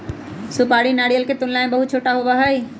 सुपारी नारियल के तुलना में बहुत छोटा होबा हई